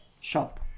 shop